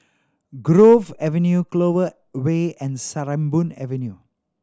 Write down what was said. Grove Avenue Clover Way and Sarimbun Avenue